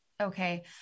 okay